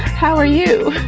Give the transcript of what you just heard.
how are you?